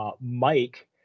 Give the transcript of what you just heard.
Mike